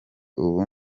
ubu